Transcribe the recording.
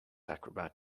acrobat